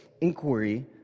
inquiry